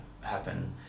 happen